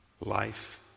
life